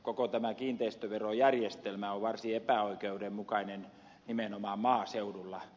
koko tämä kiinteistöverojärjestelmä on varsin epäoikeudenmukainen nimenomaan maaseudulla